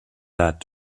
that